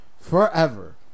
Forever